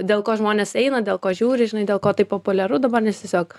dėl ko žmonės eina dėl ko žiūri žinai dėl ko taip populiaru dabar nesisiok